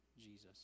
Jesus